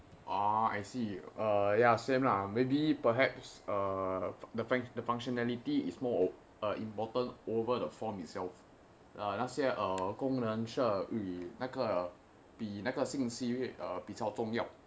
orh I see err ya same lah maybe perhaps err the func~ the functionality is more important over the form itself 那些功能需要那个比那个讯息比较重要